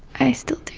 i still do.